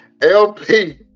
LP